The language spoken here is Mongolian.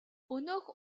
өнөөх